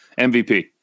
MVP